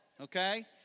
Okay